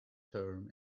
term